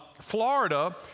Florida